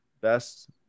best